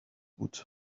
بود